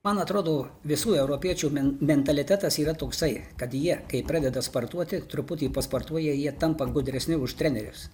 man atrodo visų europiečių men mentalitetas yra toksai kad jie kai pradeda sportuoti truputį pasportuoja jie tampa gudresni už trenerius